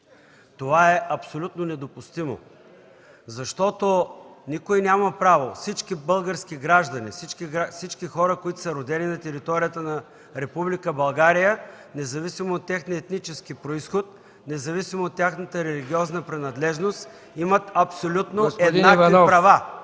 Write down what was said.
Това е абсолютно недопустимо, защото всички български граждани, всички хора, които са родени на територията на Република България, независимо от техния етнически произход, независимо от тяхната религиозна принадлежност имат абсолютно еднакви права.